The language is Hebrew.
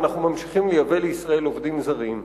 אנחנו ממשיכים לייבא לישראל עובדים זרים.